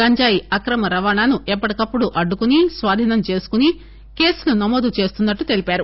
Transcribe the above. గంజాయి అక్రమ రవాణాను ఎప్పటికప్పుడు అడ్డుకుని స్వాధీనం చేసుకుని కేసులు నమోదు చేస్తున్నట్లు తెలిపారు